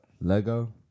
Lego